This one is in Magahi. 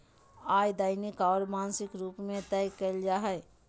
आय दैनिक और मासिक रूप में तय कइल जा हइ